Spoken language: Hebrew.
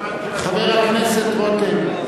חבר הכנסת רותם.